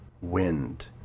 wind